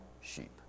sheep